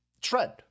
trend